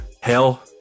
hell